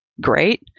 great